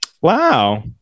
Wow